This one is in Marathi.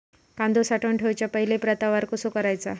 कांदो साठवून ठेवुच्या पहिला प्रतवार कसो करायचा?